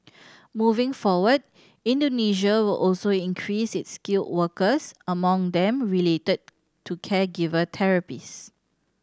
moving forward Indonesia also increase its skilled workers among them related to caregiver therapist